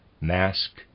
mask